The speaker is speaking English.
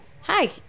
Hi